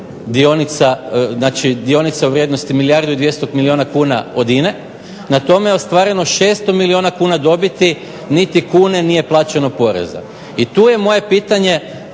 dionica u vrijednosti milijardu i 200 milijuna kuna od INA-e. Na tome je ostvareno 600 milijuna kuna dobiti. Niti kune nije plaćeno poreza. I tu je moje pitanje